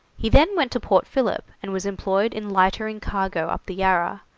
he then went to port philip, and was employed in lightering cargo up the yarra,